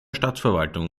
stadtverwaltung